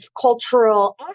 cultural